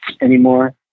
anymore